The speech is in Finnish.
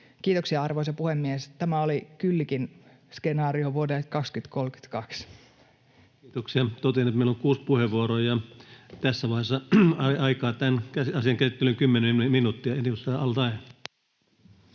Kiitoksia, arvoisa puhemies. Tämä oli Kyllikin skenaario vuodelle 2032. Kiitoksia. — Totean, että meillä on kuusi puheenvuoroa ja tässä vaiheessa aikaa tämän asian käsittelyyn kymmenen minuuttia.